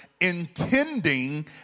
intending